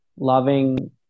loving